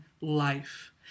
life